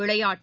விளையாட்டு